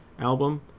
album